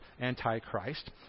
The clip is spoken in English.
Antichrist